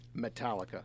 Metallica